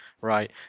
Right